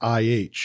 IH